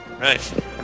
Right